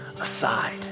aside